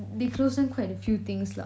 they closed down quite a few things lah